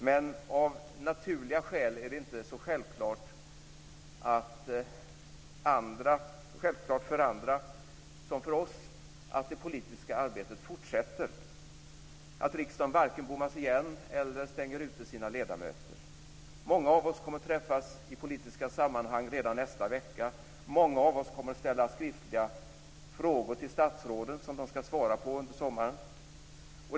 Men av naturliga skäl är det inte så självklart för andra som för oss att det politiska arbetet fortsätter, att riksdagen varken bommas igen eller stänger ute sina ledamöter. Många av oss kommer att träffas i politiska sammanhang redan nästa vecka och många av oss kommer att ställa skriftliga frågor till statsråden som de skall svara på under sommaren.